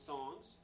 Songs